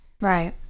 Right